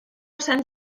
sant